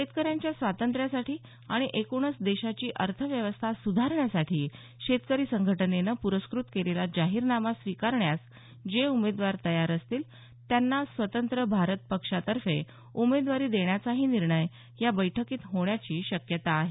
शेतकऱ्यांच्या स्वातंत्र्यासाठी आणि एकूणच देशाची अर्थव्यवस्था सुधारण्यासाठी शेतकरी संघटनेनं प्रस्कृत केलेला जाहीरनामा स्वीकारण्यास जे उमेदवार तयार असतील त्यांना स्वतंत्र भारत पक्षातर्फे उमेदवारी देण्याचाही निर्णय या बैठकीत होण्याची शक्यता आहे